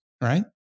right